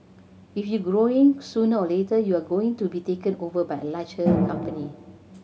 if you growing sooner or later you are going to be taken over by a larger company